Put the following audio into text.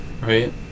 right